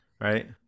right